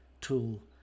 tool